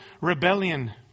rebellion